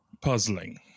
puzzling